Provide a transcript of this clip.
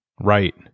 Right